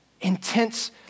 intense